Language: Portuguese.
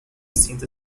senta